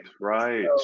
right